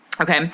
Okay